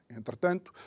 Entretanto